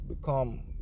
become